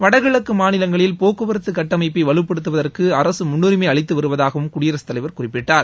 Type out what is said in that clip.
வடகிழக்கு மாநிலங்களில் போக்குவரத்து கட்டமைப்பை வலுப்படுத்துவதற்கு அரசு முன்னுரிமை அளித்து வருவதாகவும் குடியரசுத் தலைவர் குறிப்பிட்டார்